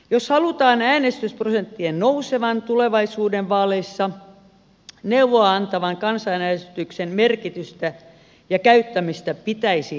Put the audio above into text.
jos halutaan äänestysprosenttien nousevan tulevaisuuden vaaleissa neuvoa antavan kansanäänestyksen merkitystä ja käyttämistä pitäisi lisätä